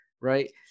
Right